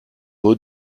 celle